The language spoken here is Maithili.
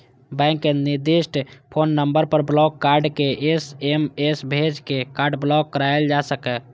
बैंक के निर्दिष्ट फोन नंबर पर ब्लॉक कार्ड के एस.एम.एस भेज के कार्ड ब्लॉक कराएल जा सकैए